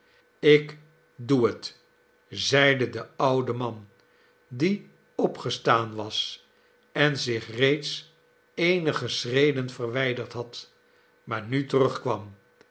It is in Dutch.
ik doe het zeide de oude man die opgestaan was en zich reeds eenige schreden verwijderd had maar nu terugkwam